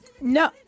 No